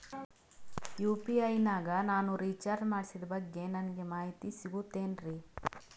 UPI ನಾಗ ನಾನು recharge ಮಾಡಿಸಿದ ಬಗ್ಗೆ ನನಗೆ ಮಾಹಿತಿ ಸಿಗುತೇನ್ರೀ?